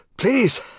Please